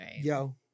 yo